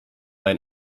ein